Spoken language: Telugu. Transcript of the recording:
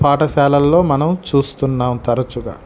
పాఠశాలలో మనం చూస్తున్నాం తరచుగా